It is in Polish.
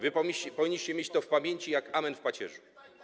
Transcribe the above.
Wy powinniście mieć to w pamięci jak amen w pacierzu.